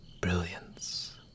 brilliance